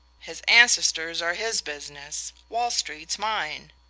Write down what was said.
his ancestors are his business wall street's mine.